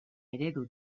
eredu